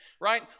right